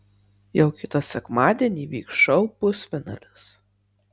jau kitą sekmadienį vyks šou pusfinalis